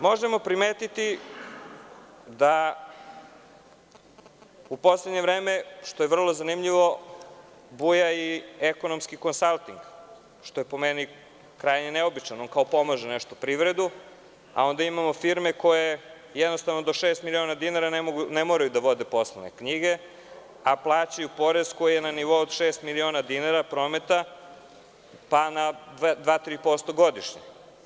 Možemo primetiti da u poslednje vreme, što je vrlo zanimljivo, buja i ekonomski konsalting, što je po meni krajnje neobično, on kao nešto pomaže privredu, a onda imamo firme koje do šest miliona dinara ne moraju da vode poslovne knjige, a plaćaju porez koji je na nivou od šest miliona dinara prometa, pa na 2%-3% godišnje.